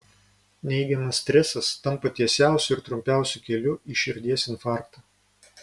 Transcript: neigiamas stresas tampa tiesiausiu ir trumpiausiu keliu į širdies infarktą